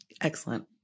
Excellent